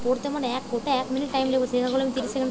কি পদ্ধতিতে ফসল বিক্রি করলে ভালো দাম পাব?